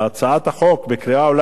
בקריאה אולי שנייה או שלישית,